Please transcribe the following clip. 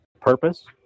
purpose